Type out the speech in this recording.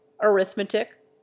arithmetic